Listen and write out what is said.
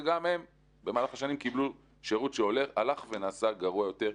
וגם הם במהלך השנים קיבלו שירות שהלך ונעשה גרוע יותר,